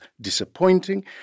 disappointing